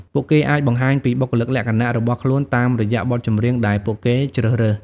ពួកគេអាចបង្ហាញពីបុគ្គលិកលក្ខណៈរបស់ខ្លួនតាមរយៈបទចម្រៀងដែលពួកគេជ្រើសរើស។